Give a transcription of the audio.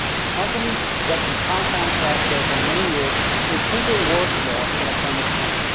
a company that can compound cash flow for many years is simply worth more than a firm that can't.